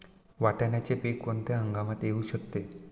वाटाण्याचे पीक कोणत्या हंगामात येऊ शकते?